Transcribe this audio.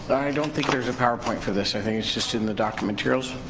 i don't think there's a powerpoint for this. i think it's just in the docket materials.